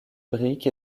briques